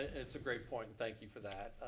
it's a great point and thank you for that.